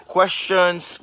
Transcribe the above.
Questions